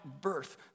birth